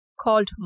called